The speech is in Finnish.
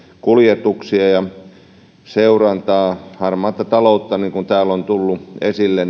kuljetuksia ja seurantaa harmaata taloutta niin kuin täällä on tullut esille